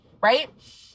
Right